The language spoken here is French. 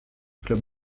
club